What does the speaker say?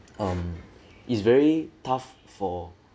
um it's very tough for